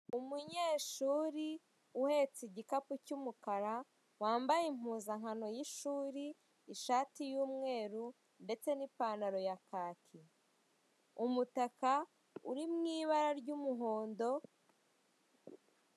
Umunyeshuri uhetse igikapu cy'umukara wambaye impuzankano y'ishuri, ishati y'umweru ndetse n'ipantaro ya kake, umutaka uri mu ibara ry'umuhondo.